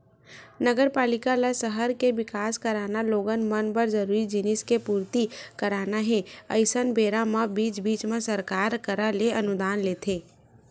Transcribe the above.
नगरपालिका ल सहर के बिकास कराना लोगन मन बर जरूरी जिनिस के पूरति कराना हे अइसन बेरा म बीच बीच म सरकार करा ले अनुदान लेथे